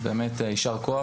באמת ישר כוח.